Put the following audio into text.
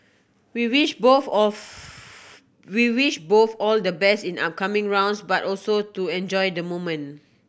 we wish both of we wish both all the best in the upcoming rounds but also to enjoy the moment